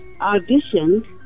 auditioned